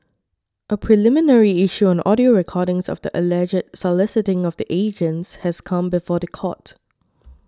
a preliminary issue on audio recordings of the alleged soliciting of the agents has come before the court